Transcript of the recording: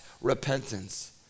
repentance